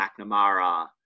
McNamara